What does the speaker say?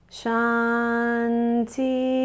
shanti